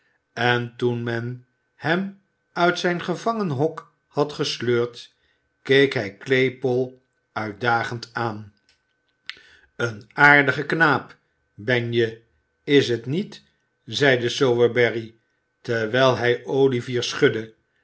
en toen men hem uit zijn gevangenhok had gesleurd keek hij claypole uitdagend aan een aardige knaap ben je is t niet zeide sowerberry terwijl hij olivier schudde